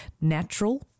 natural